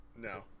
No